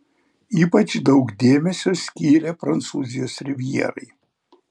ypač daug dėmesio skyrė prancūzijos rivjerai